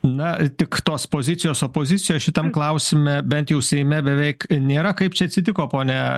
na tik tos pozicijos opozicijos šitam klausime bent jau seime beveik nėra kaip čia atsitiko pone